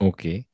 Okay